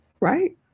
Right